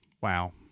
Wow